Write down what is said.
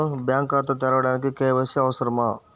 Bank ఖాతా తెరవడానికి KYC అవసరమా?